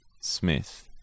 Smith